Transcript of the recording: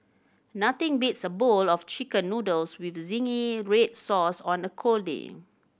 nothing beats a bowl of Chicken Noodles with zingy red sauce on a cold day